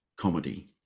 Comedy